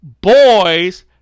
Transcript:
boys